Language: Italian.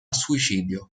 suicidio